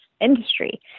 industry